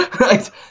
Right